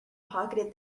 pocketed